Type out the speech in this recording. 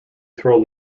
throw